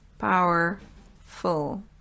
powerful